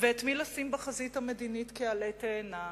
ואת מי לשים בחזית המדינית כעלה תאנה,